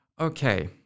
Okay